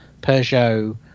Peugeot